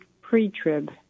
pre-trib